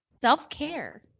Self-care